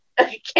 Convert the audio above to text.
Okay